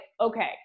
okay